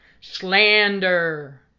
slander